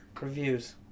reviews